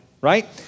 right